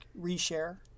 Reshare